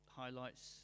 highlights